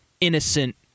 innocent